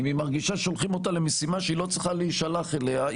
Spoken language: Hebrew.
אם היא מרגישה ששולחים אותה למשימה שהיא לא צריכה להישלח אליה,